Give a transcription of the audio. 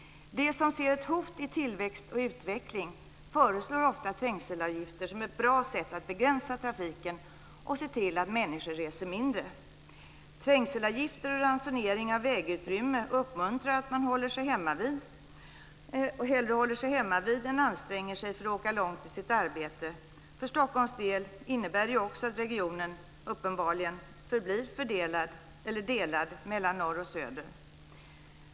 De som ser ett hot i tillväxt och utveckling föreslår ofta trängselavgifter som ett bra sätt att begränsa trafiken och se till att människor reser mindre. Trängselavgifter och ransonering av vägutrymme uppmuntrar att man hellre håller sig hemmavid än anstränger sig för att åka långt till sitt arbete. För Stockholms del innebär det också att regionen uppenbarligen förblir delad mellan norr och söder.